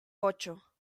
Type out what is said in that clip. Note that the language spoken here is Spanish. ocho